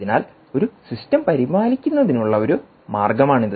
അതിനാൽ ഒരു സിസ്റ്റം പരിപാലിക്കുന്നതിനുള്ള ഒരു മാർഗമാണിത്